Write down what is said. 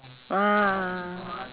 ah but because